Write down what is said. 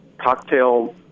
cocktail